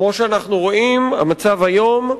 כמו שאנחנו רואים את המצב היום,